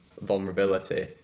vulnerability